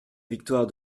victoire